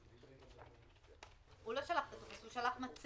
אני מבקש לקבוע אתו מתי הוא עולה כדי לתת לנו הסבר